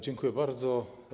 Dziękuję bardzo.